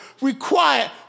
required